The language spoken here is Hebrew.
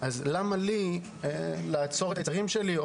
אז למה לי לעצור את היצרים שלי,